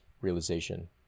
realization